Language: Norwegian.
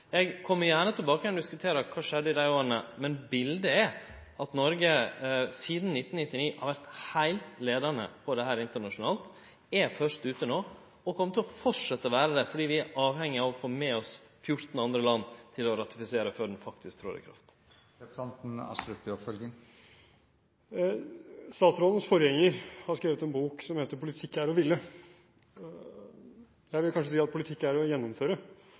Eg kjem gjerne tilbake igjen for å diskutere kva som skjedde i løpet av dei åra, men biletet er at Noreg sidan 1999 har vore leiande her internasjonalt, er først ute no og kjem til å fortsetje med å vere det, fordi vi er avhengige av å få med 14 andre land til å ratifisere avtalen før han faktisk tek til å gjelde. Statsrådens forgjenger har skrevet en bok som heter «Politikk er å ville». Jeg vil kanskje si at politikk er å gjennomføre.